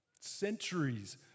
Centuries